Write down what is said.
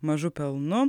mažu pelnu